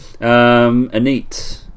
Anit